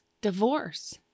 divorce